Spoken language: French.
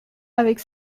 avec